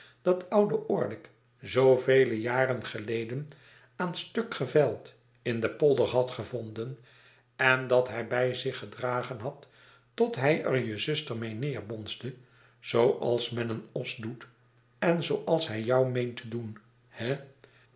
dat oude orlick zoovele jaren geleden aan stuk gevijld in den polder had gevonden en dathij bij zich gedragen had tot hij er je zuster mee neerbonsde zooals men een os doet en zooals hij jou meent te doen he